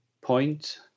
point